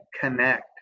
connect